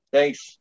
Thanks